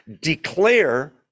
declare